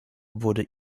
wurde